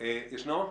לשמוע.